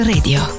Radio